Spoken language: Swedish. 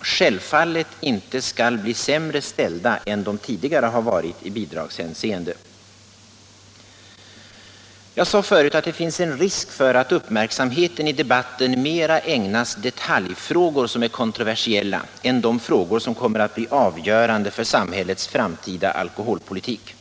självfallet inte skall bli sämre ställda än de tidigare varit i bidragshänseende. Jag sade förut att det finns en risk för att uppmärksamheten i debatten mera ägnas detaljfrågor som är kontroversiella än frågor som kommer att bli avgörande för samhällets framtida alkoholpolitik.